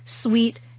sweet